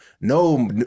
No